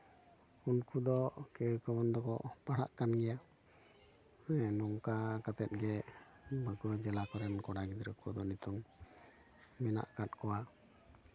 ᱩᱱᱠᱩ ᱫᱚ ᱠᱮ ᱠᱚᱫᱚ ᱯᱟᱲᱦᱟᱜ ᱠᱟᱱ ᱜᱮᱭᱟ ᱱᱚᱝᱠᱟ ᱠᱟᱛᱮᱜ ᱜᱮ ᱵᱟᱸᱠᱩᱲᱟ ᱠᱚᱲᱟ ᱜᱤᱫᱽᱨᱟᱹ ᱠᱚᱫᱚ ᱱᱤᱛᱚᱝ ᱢᱮᱱᱟᱜ ᱠᱟᱜ ᱠᱚᱣᱟ